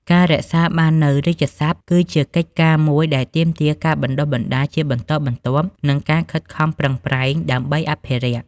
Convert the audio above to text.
ការរក្សាបាននូវរាជសព្ទ គឺជាកិច្ចការមួយដែលទាមទារការបណ្តុះបណ្តាលជាបន្តបន្ទាប់ និងការខិតខំប្រឹងប្រែងដើម្បីអភិរក្ស។